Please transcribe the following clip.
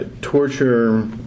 torture